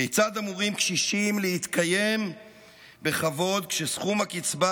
כיצד אמורים קשישים להתקיים בכבוד כשסכום הקצבה